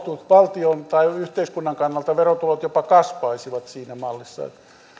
valtion tai yhteiskunnan kannalta jopa kasvaisivat siinä mallissa